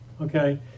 Okay